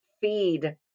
feed